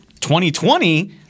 2020